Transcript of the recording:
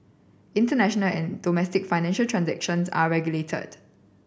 international and domestic financial transactions are regulated